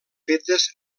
fetes